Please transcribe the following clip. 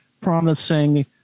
promising